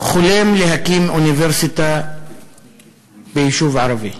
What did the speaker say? חולם להקים אוניברסיטה ביישוב ערבי,